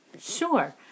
Sure